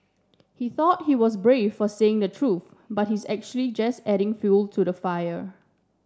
he thought he was brave for saying the truth but he's actually just adding fuel to the fire